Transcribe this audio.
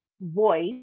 voice